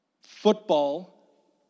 football